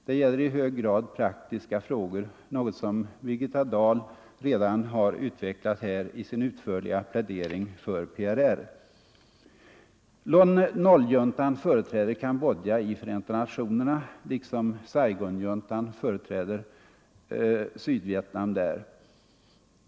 Det gäller i hög grad praktiska frågor, något som Birgitta Dahl redan har utvecklat i sin utförliga plädering för PRR. Lon Nol-juntan företräder Cambodja i Förenta nationerna — liksom Saigonjuntan företräder Sydvietnam där.